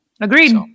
Agreed